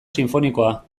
sinfonikoa